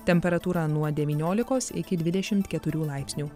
temperatūra nuo devyniolikos iki dvidešimt keturių laipsnių